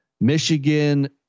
Michigan